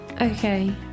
Okay